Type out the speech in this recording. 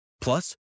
Plus